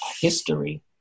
history